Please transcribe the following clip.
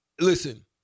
Listen